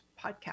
podcast